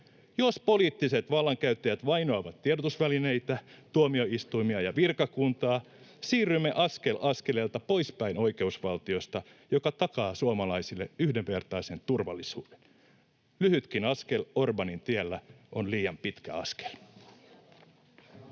Jos poliittiset vallankäyttäjät vainoavat tiedotusvälineitä, tuomioistuimia ja virkakuntaa, siirrymme askel askeleelta poispäin oikeusvaltiosta, joka takaa suomalaisille yhdenvertaisen turvallisuuden. Lyhytkin askel Orbánin tiellä on liian pitkä askel.